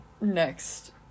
Next